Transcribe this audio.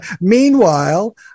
meanwhile